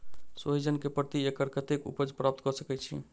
सोहिजन केँ प्रति एकड़ कतेक उपज प्राप्त कऽ सकै छी?